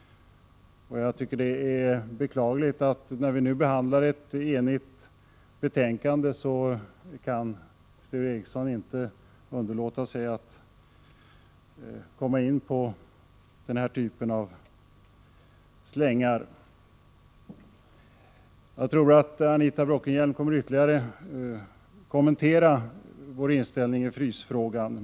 Jag tycker det är beklagligt att när vi nu behandlar ett enhälligt betänkande, så kan Sture Ericson inte underlåta att komma in på den här typen av saklös kritik. Jag tror att Anita Bråkenhielm kommer att ytterligare redogöra för vår inställning i frysfrågan.